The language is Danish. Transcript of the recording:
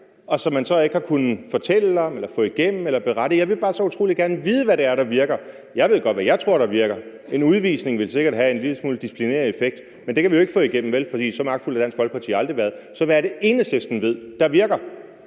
og som man så ikke har kunnet fortælle om, berette om eller få igennem? Jeg vil bare så utrolig gerne vide, hvad det er, der virker. Jeg tror godt, hvad jeg ved der virker: En udvisning ville sikkert have en lille smule disciplinerende effekt, men det kan vi jo ikke få igennem, vel? For så magtfuld har Dansk Folkeparti aldrig været. Så hvad er det, Enhedslisten ved der virker?